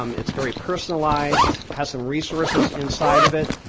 um it's very personalized, has some resources inside of it.